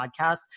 podcast